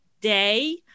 day